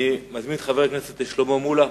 אני מזמין את חבר הכנסת שלמה מולה.